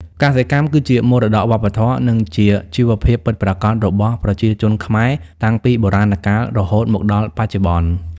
កសិកម្មគឺជាមរតកវប្បធម៌ និងជាជីវភាពពិតប្រាកដរបស់ប្រជាជនខ្មែរតាំងពីបុរាណកាលរហូតមកដល់បច្ចុប្បន្ន។